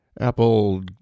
Apple